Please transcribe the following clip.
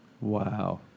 Wow